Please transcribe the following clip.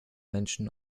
menschen